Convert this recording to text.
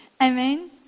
Amen